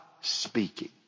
speaking